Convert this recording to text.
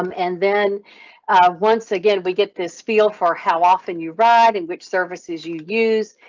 um and then once again, we get this feel for how often you ride in which services you use.